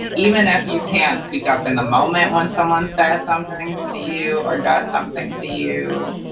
even if you can't speak up in the moment when someone says something to you, or does something to you,